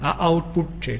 અને આ આઉટપુટ છે